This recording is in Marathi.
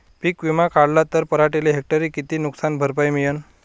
पीक विमा काढला त पराटीले हेक्टरी किती नुकसान भरपाई मिळीनं?